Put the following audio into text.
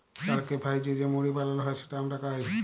চালকে ভ্যাইজে যে মুড়ি বালাল হ্যয় যেট আমরা খাই